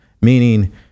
Meaning